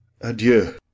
Adieu